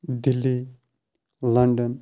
Delhi London